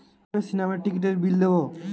কিভাবে সিনেমার টিকিটের বিল দেবো?